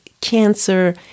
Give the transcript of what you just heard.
cancer